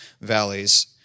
valleys